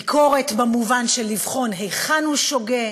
ביקורת, במובן של לבחון היכן הוא שוגה,